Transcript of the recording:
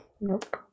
Nope